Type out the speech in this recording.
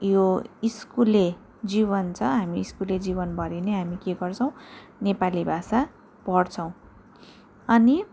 यो स्कुले जीवन छ हामी स्कुले जीवनभरि नै के गर्छौँ नेपाली भाषा पढ्छौँ अनि